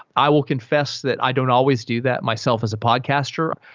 i will confess that i don't always do that myself as a podcaster.